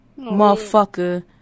motherfucker